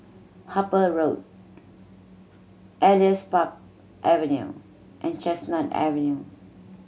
Harper Road Elias Park Avenue and Chestnut Avenue